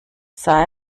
sah